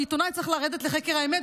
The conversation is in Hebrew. כי עיתונאי צריך לרדת לחקר האמת,